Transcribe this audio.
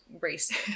race